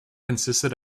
consisted